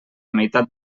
meitat